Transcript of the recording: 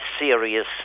serious